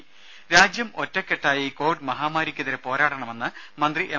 രുമ രാജ്യം ഒറ്റക്കെട്ടായി കോവിഡ് മഹാമാരിക്കെതിരെ പോരാടണമെന്ന് മന്ത്രി എം